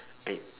I